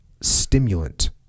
stimulant